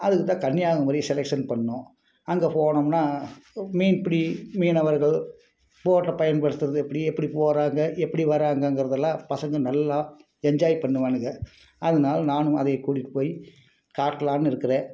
அதுக்கு தான் கன்னியாகுமரி செலெக்க்ஷன் பண்ணோம் அங்கே போனோம்னா மீன் பிடி மீனவர்கள் போட்டை பயன்டுத்துறது எப்படி எப்படி போகிறாங்க எப்படி வர்றாங்கங்கிறதெல்லாம் பசங்க நல்லா என்ஜாய் பண்ணுவாங்க அதனால நானும் அதை கூட்டிட்டு போய் காட்டலாம்னு இருக்கிறேன்